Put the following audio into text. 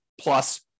plus